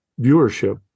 viewership